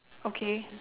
okay